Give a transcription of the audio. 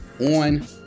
on